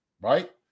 Right